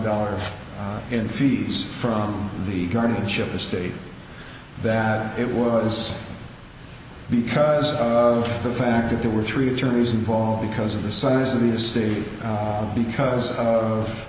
dollars in fees from the guardianship estate that it was because of the fact that there were three attorneys involved because of the size of the estate because of